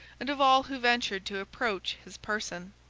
and of all who ventured to approach his person.